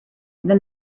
then